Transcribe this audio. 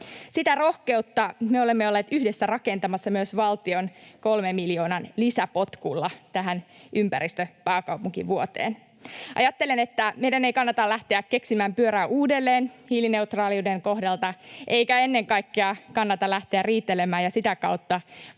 Sitä rohkeutta me olemme olleet yhdessä rakentamassa myös valtion 3 miljoonan lisäpotkulla tähän ympäristöpääkaupunkivuoteen. Ajattelen, että meidän ei kannata lähteä keksimään pyörää uudelleen hiilineutraaliuden kohdalta eikä ennen kaikkea kannata lähteä riitelemään ja sitä kautta